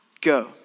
go